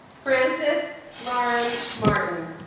frances lauren martin